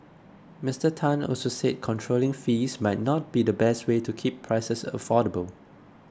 Mister Tan also said controlling fees might not be the best way to keep prices affordable